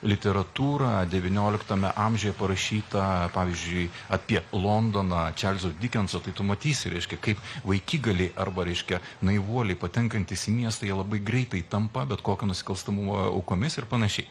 literatūrą devynioliktame amžiuje parašyta pavyzdžiui apie londoną čarlzo dikenso tai tu matysi reiškia kaip vaikigaliai arba reiškia naivuoliai patenkantys į miestą jie labai greitai tampa bet kokio nusikalstamumo aukomis ir panašiai